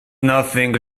nothing